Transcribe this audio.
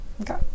Okay